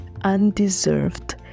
undeserved